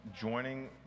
joining